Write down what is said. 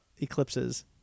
eclipses